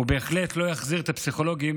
ובהחלט לא יחזיר את הפסיכולוגים